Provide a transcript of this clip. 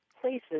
places